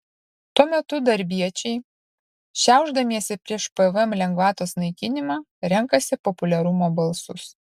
tuo metu darbiečiai šiaušdamiesi prieš pvm lengvatos naikinimą renkasi populiarumo balsus